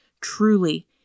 truly